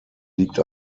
liegt